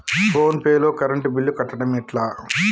Phone pay లో current bill కట్టడం ఎట్లా?